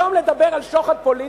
היום לדבר על שוחד פוליטי?